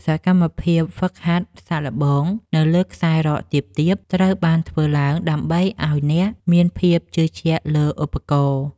សកម្មភាពហ្វឹកហាត់សាកល្បងនៅលើខ្សែរ៉កទាបៗត្រូវបានធ្វើឡើង ដើម្បីឱ្យអ្នកមានភាពជឿជាក់លើឧបករណ៍។